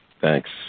Thanks